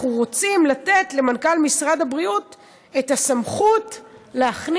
אנחנו רוצים לתת למנכ"ל משרד הבריאות את הסמכות לגבי